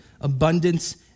abundance